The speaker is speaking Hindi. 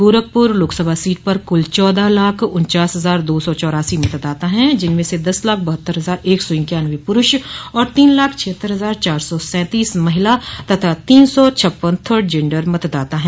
गोरखपुर लोकसभा सीट पर कुल चौदह लाख उन्चास हजार दो सौ चौरासी मतदाता है जिनमें से दस लाख बहत्तर हजार एक सौ इक्यानावें पुरूष और तीन लाख छिहत्तर हजार चार सौ सैंतीस महिला तथा तीन सौ छप्पन थर्ड जेंडर मतदाता है